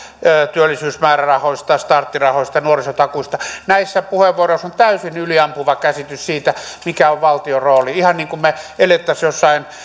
työllisyysmäärärahoista starttirahoista ja nuorisotakuusta näissä puheenvuoroissa on täysin yliampuva käsitys siitä mikä on valtion rooli ihan niin kuin me eläisimme jossain